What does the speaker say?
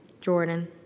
Jordan